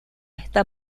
está